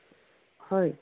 হয়